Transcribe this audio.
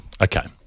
Okay